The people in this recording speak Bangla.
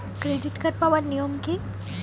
ক্রেডিট কার্ড পাওয়ার নিয়ম কী?